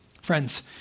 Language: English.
Friends